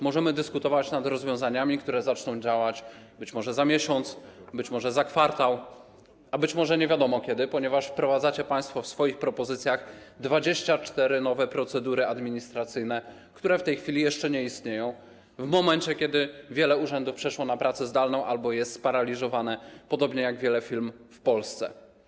Możemy dyskutować nad rozwiązaniami, które zaczną działać być może za miesiąc, być może za kwartał, a być może nie wiadomo kiedy, ponieważ wprowadzacie państwo w swoich propozycjach 24 nowe procedury administracyjne, które w tej chwili jeszcze nie istnieją, w momencie kiedy wiele urzędów przeszło na pracę zdalną albo jest sparaliżowanych, podobnie jak wiele firm w Polsce.